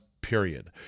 Period